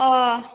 अह